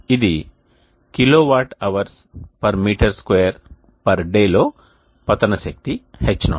ఇది kWHoursm2Day లో పతన శక్తి H0